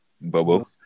Bobo